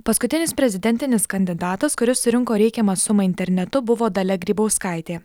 paskutinis prezidentinis kandidatas kuris surinko reikiamą sumą internetu buvo dalia grybauskaitė